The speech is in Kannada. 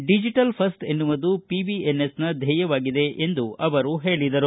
ಡಿಜೆಟಲ್ ಫಸ್ಟ್ ಎನ್ನುವುದು ಪಿಬಿಎನ್ಎಸ್ನ ಧ್ಯೇಯವಾಗಿದೆ ಎಂದು ಹೇಳಿದರು